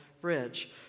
Bridge